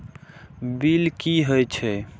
Bill की हौए छै?